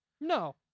No